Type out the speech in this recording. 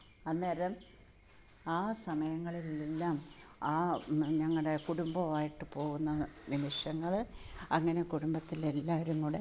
അന്നേരം ആ സമയങ്ങളിൽ എല്ലാം ആ ഞങ്ങളുടെ കുടുംബമായിട്ട് പോകുന്ന നിമിഷങ്ങൾ അങ്ങനെ കുടുംബത്തിൽ എല്ലാവരും കൂടെ